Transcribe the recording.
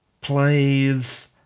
plays